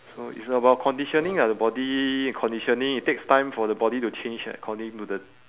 so it's about conditioning ah the body conditioning it takes time for the body to change according to the